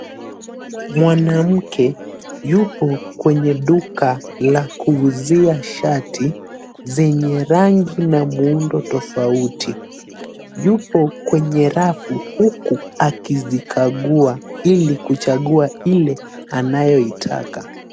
Mwanamke yupo kwenye duka la kuuzia shati zenye rangi na muundo tofauti. Yupo kwenye rafu huku akizikagua ili kuchagua ile anayoitaka.